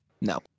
no